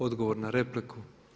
Odgovor na repliku.